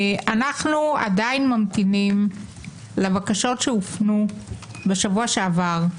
אנחנו עדיין ממתינים לבקשות שהופנו בשבוע שעבר,